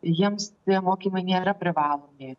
jiems tie mokymai nėra privalomi